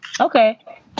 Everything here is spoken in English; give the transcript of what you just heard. Okay